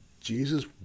Jesus